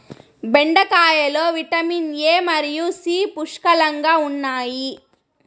బెండకాయలో vitamin A మరియు C పుష్కలంగా ఉన్నాయి